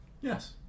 Yes